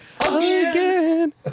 Again